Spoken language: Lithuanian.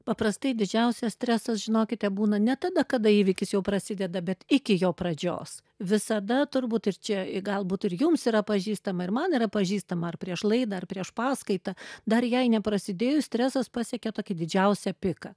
paprastai didžiausias stresas žinokite būna ne tada kada įvykis jau prasideda bet iki jo pradžios visada turbūt ir čia galbūt ir jums yra pažįstama ir man yra pažįstama ar prieš laidą ar prieš paskaitą dar jai neprasidėjus stresas pasiekia tokį didžiausią piką